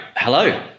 Hello